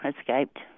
escaped